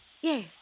Yes